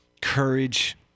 courage